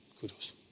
Kudos